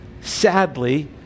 Sadly